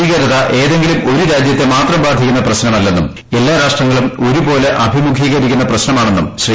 ഭീകരത ഏതെങ്കിലും ഒരു രാജ്യത്തെ മാത്രം ബാധിക്കുന്ന പ്രശ്നമല്ലെന്നും എല്ലാ രാഷ്ട്രങ്ങളും ഒരുപോലെ അഭിമുഖീകരിക്കുന്ന പ്രശ്നമാണെന്നും ശ്രീ